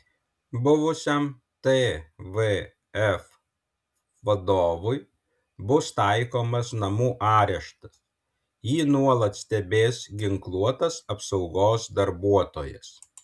buvusiam tvf vadovui bus taikomas namų areštas jį nuolat stebės ginkluotas apsaugos darbuotojas